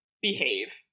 behave